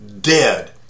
dead